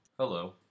Hello